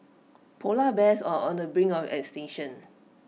Polar Bears are on the brink of extinction